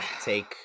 take